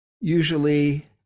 usually